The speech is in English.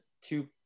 two